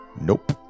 nope